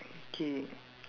okay